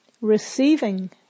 receiving